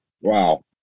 wow